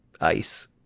Ice